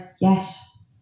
yes